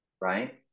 right